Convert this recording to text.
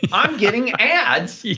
yeah i'm getting ads